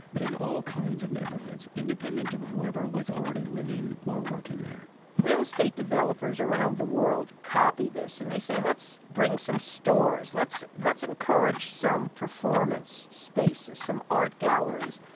but in all kinds of neighborhoods, independent of whoever was already living or working there real estate developers around the world copy this and they say let's bring some stores. let's let's encourage some performance spaces, some art galleries.